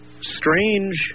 strange